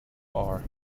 are